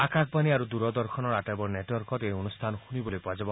আকাশবাণী আৰু দূৰদৰ্শনৰ আটাইবোৰ নেটৱৰ্কত এই অনুষ্ঠান শুনিবলৈ পোৱা যাব